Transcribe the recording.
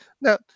Now